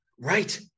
Right